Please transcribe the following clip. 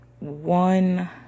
one